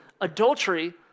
Adultery